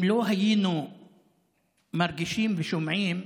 אם לא היינו מרגישים ושומעים,